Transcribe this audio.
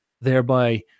thereby